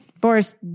Boris